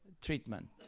treatment